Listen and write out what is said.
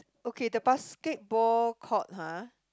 okay the basketball court [huh]